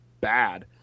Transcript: bad